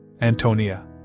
Antonia